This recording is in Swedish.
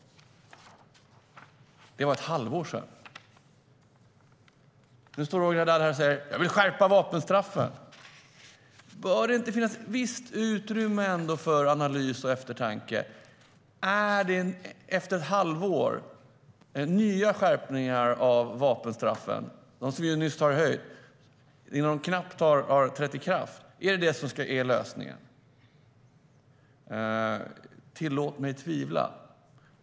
Det var för ett halvår sedan. Nu står Roger Haddad här och säger att han vill skärpa vapenstraffen. Bör det ändå inte finnas visst utrymme för analys och eftertanke? Är nya skärpningar av vapenstraffen, de som nyss har skärpts och knappt trätt i kraft, lösningen? Tillåt mig tvivla.